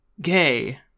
gay